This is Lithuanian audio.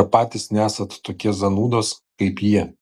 ar patys nesat tokie zanūdos kaip ji